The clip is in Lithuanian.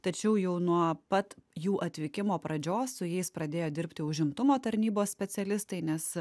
tačiau jau nuo pat jų atvykimo pradžios su jais pradėjo dirbti užimtumo tarnybos specialistai nes